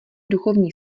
duchovní